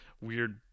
weird